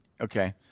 okay